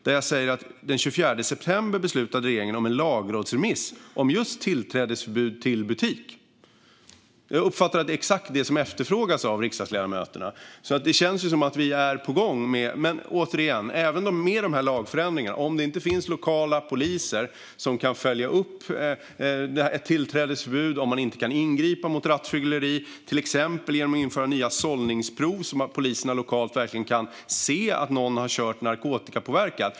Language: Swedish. Jag sa att regeringen den 24 september beslutade om en lagrådsremiss om just tillträdesförbud till butik. Jag uppfattar att det är exakt det som efterfrågas av riksdagsledamöterna, så det känns som att vi är på gång. Men även med dessa lagförändringar är det, återigen, så att det blir problem om det inte finns lokala poliser som kan följa upp ett tillträdesförbud eller om man inte kan ingripa mot rattfylleri, till exempel genom att införa nya sållningsprov så att poliserna lokalt verkligen kan se att någon har kört narkotikapåverkad.